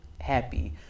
happy